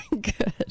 Good